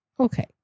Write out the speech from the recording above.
Okay